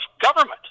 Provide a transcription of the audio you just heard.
government